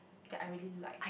that I really like